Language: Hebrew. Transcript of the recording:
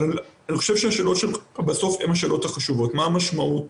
אני חושב שהשאלות שלך הן השאלות החשובות מה המשמעות